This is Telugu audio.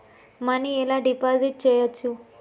మనీ ఎలా డిపాజిట్ చేయచ్చు?